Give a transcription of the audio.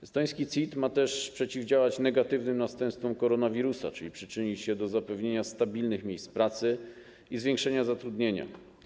Estoński CIT ma też przeciwdziałać negatywnym następstwom koronawirusa, czyli przyczynić się do zapewnienia stabilnych miejsc pracy i zwiększenia zatrudnienia.